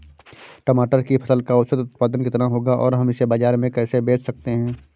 टमाटर की फसल का औसत उत्पादन कितना होगा और हम इसे बाजार में कैसे बेच सकते हैं?